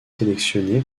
sélectionnés